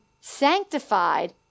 sanctified